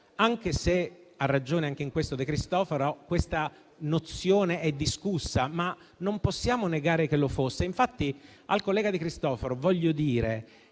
Anche se - ha ragione anche in questo il senatore De Cristofaro - questa nozione è discussa, non possiamo negare che lo fosse. Al collega De Cristofaro voglio dire